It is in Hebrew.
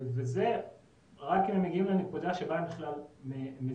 וזה רק אם הם מגיעים לנקודה שבה הם בכלל מזהים